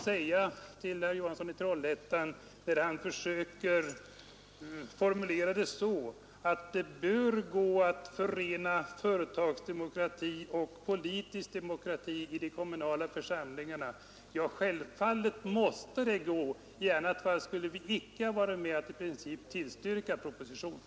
Herr Johansson i Trollhättan säger att det bör gå att förena företagsdemokrati och politisk demokrati i de kommunala församlingarna. Ja, självfallet måste det gå. I annat fall skulle vi icke ha varit med om att i princip tillstyrka propositionen.